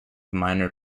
minor